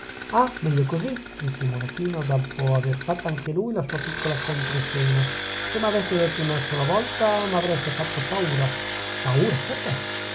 ah meglio così disse il monachino dopo aver fatta anche lui la sua piccola controscena se m'aveste detto una volta sola m'avreste fatto paura paura perchè